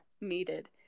needed